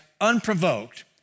unprovoked